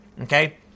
okay